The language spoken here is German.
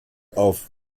auf